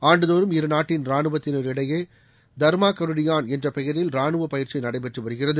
ஆண்டுதோறும் இருநாட்டின் ரானுவத்தினருக்கிடையே தர்மாகருடியான் என்ற பெயரில் ரானுவப் பயிற்சி நடைபெற்று வருகிறது